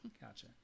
Gotcha